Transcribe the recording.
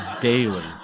daily